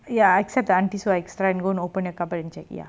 ya except the aunties will like extra and open a cupboard and check ya